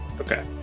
okay